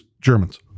Germans